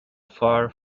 far